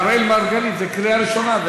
אראל מרגלית, זו קריאה ראשונה.